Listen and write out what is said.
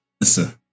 Listen